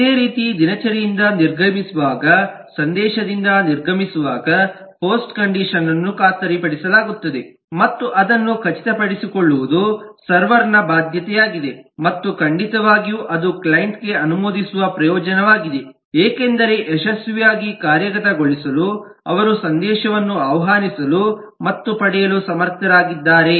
ಅದೇ ರೀತಿ ದಿನಚರಿಯಿಂದ ನಿರ್ಗಮಿಸುವಾಗ ಸಂದೇಶದಿಂದ ನಿರ್ಗಮಿಸುವಾಗ ಪೋಸ್ಟ್ ಕಂಡಿಷನ್ ಅನ್ನು ಖಾತರಿಪಡಿಸಲಾಗುತ್ತದೆ ಮತ್ತು ಅದನ್ನು ಖಚಿತ ಪಡಿಸಿಕೊಳ್ಳುವುದು ಸರ್ವರ್ ನ ಬಾಧ್ಯತೆಯಾಗಿದೆ ಮತ್ತು ಖಂಡಿತವಾಗಿಯೂ ಅದು ಕ್ಲೈಂಟ್ ಗೆ ಅನುಮೋದಿಸುವ ಪ್ರಯೋಜನವಾಗಿದೆ ಏಕೆಂದರೆ ಯಶಸ್ವಿಯಾಗಿ ಕಾರ್ಯಗತಗೊಳಸಲು ಅವರು ಸಂದೇಶವನ್ನು ಆಹ್ವಾನಿಸಲು ಮತ್ತು ಪಡೆಯಲು ಸಮರ್ಥರಾಗಿದ್ದಾರೆ